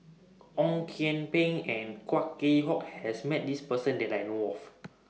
Ong Kian Peng and Kwa Geok Choo has Met This Person that I know of